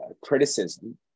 criticism